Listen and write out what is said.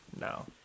No